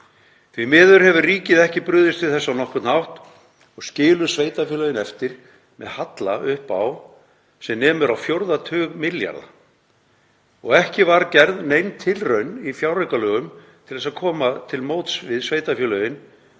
Því miður hefur ríkið ekki brugðist við þessu á nokkurn hátt og skilur sveitarfélögin eftir með halla upp á sem nemur á fjórða tug milljarða. Ekki var gerð nein tilraun í fjáraukalögum til að koma til móts við sveitarfélögin